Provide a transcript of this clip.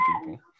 people